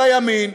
של הימין,